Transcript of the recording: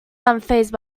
unfazed